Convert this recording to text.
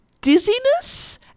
dizziness